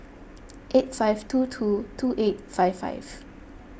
eight five two two two eight five five